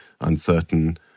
uncertain